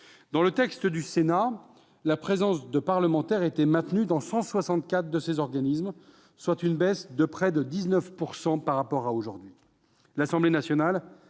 Dans le texte du Sénat, la présence de parlementaires était maintenue dans 164 de ces organismes, soit une baisse de près de 19 % par rapport à aujourd'hui.